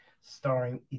starring